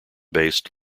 based